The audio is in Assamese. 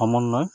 সমন্বয়